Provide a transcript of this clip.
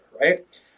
Right